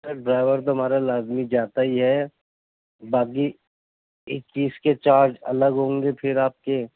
سر driver تو ہمارا لازمی جاتا ہی ہے باقی ایک اِس کے چارج الگ ہوں گے پھر آپ کے